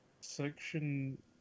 Section